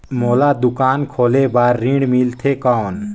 मोला दुकान खोले बार ऋण मिलथे कौन?